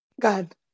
god